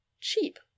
cheap